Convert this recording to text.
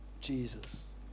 Jesus